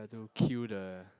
to kill the